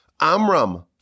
Amram